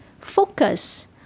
Focus